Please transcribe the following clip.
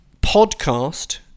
Podcast